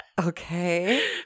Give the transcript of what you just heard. Okay